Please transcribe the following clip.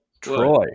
Troy